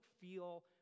feel